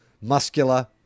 muscular